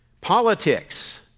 Politics